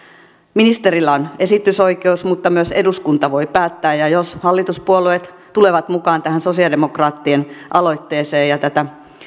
ministerillä on esitysoikeus mutta myös eduskunta voi päättää ja jos hallituspuolueet tulevat mukaan tähän sosialidemokraattien aloitteeseen ja tätä